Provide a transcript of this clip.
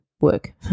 work